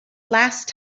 last